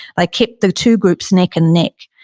like kept the two groups neck and neck.